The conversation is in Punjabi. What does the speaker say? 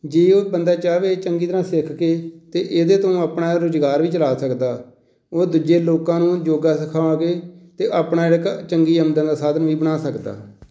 ਜੇ ਉਹ ਬੰਦਾ ਚਾਹੇ ਚੰਗੀ ਤਰ੍ਹਾਂ ਸਿੱਖ ਕੇ ਅਤੇ ਇਹਦੇ ਤੋਂ ਆਪਣਾ ਰੁਜ਼ਗਾਰ ਵੀ ਚਲਾ ਸਕਦਾ ਉਹ ਦੂਜੇ ਲੋਕਾਂ ਨੂੰ ਯੋਗਾ ਸਿਖਾ ਕੇ ਅਤੇ ਆਪਣਾ ਜਿਹੜਾ ਇੱਕ ਚੰਗੀ ਆਮਦਨ ਦਾ ਸਾਧਨ ਵੀ ਬਣਾ ਸਕਦਾ